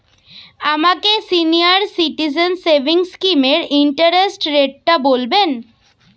আমাকে senior citizen savings স্কিমের interest রেটটা বলবেন